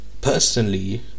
personally